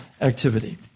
activity